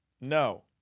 No